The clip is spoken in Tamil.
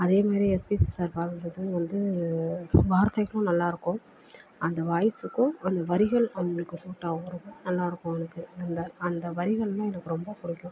அதே மாதிரி எஸ்பிபி சார் பாடுறது வந்து வார்த்தைக்கும் நல்லாயிருக்கும் அந்த வாய்ஸுக்கும் அந்த வரிகள் அவங்களுக்கு சூட்டாவும் ரொம்ப நல்லாயிருக்கும் அவங்களுக்கு அந்த அந்த வரிகள்லாம் எனக்கு ரொம்ப பிடிக்கும்